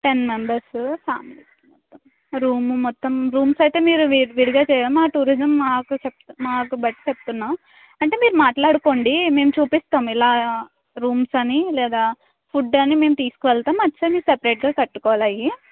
ten members ఫ్యామిలీకి okay room మొత్తం rooms అయితే మీరు విడిగా చేయము ఆ టూరిజం మాకు చేప్త్ మాకు బట్టి చెప్తున్నాము అంటే మీరు మాట్లాడుకోండి మేము చూపిస్తాము ఇలా రూమ్స్ అని లేదా ఫుడ్ అని మేము తీసుకెళతాం అది మీరు సపరేట్గా కట్టుకోవాలీ అవి